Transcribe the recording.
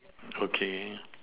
okay